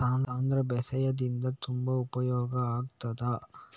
ಸಾಂಧ್ರ ಬೇಸಾಯದಿಂದ ತುಂಬಾ ಉಪಯೋಗ ಆಗುತ್ತದಾ?